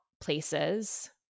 places